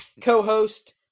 co-host